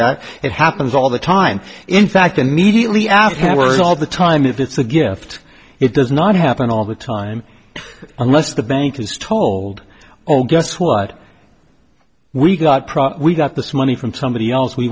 that it happens all the time in fact immediately afterward all the time if it's a gift it does not happen all the time unless the bank is told oh guess what we got we got this money from somebody else we